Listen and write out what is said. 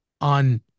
on